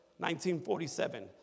1947